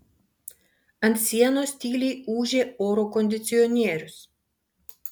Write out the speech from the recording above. ant sienos tyliai ūžė oro kondicionierius